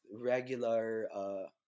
regular